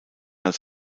als